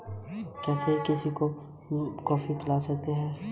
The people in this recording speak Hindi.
पिन निम्नलिखित में से किसके लिए है?